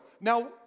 Now